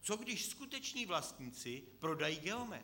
Co když skuteční vlastníci prodají Geomet?